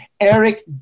Eric